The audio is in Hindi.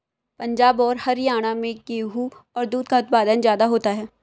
पंजाब और हरयाणा में गेहू और दूध का उत्पादन ज्यादा होता है